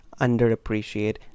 underappreciate